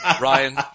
Ryan